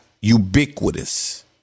ubiquitous